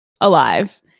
alive